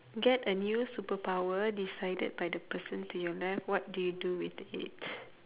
get a new superpower decided by the person to your left what do you do with it